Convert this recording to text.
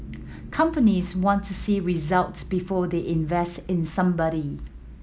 companies want to see results before they invest in somebody